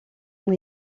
ont